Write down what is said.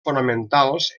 fonamentals